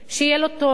שיהיה לו תואר,